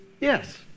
yes